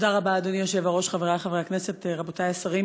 אדוני היושב-ראש, חברי חברי הכנסת, רבותי השרים,